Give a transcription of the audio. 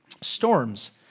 storms